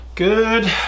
Good